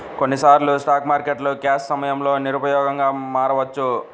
కొన్నిసార్లు స్టాక్ మార్కెట్లు క్రాష్ సమయంలో నిరుపయోగంగా మారవచ్చు